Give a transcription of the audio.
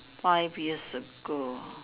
five years ago